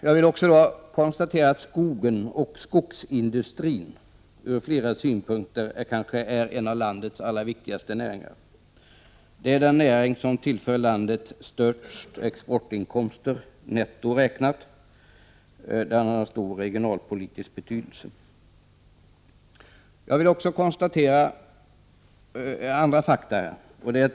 Jag vill också konstatera att skogen och skogsindustrin från flera synpunkter är en av landets allra viktigaste näringar. Det är den näring som tillför landet störst exportinkomster, netto räknat, och den har stor regionalpolitisk betydelse. Jag vill också konstatera andra fakta.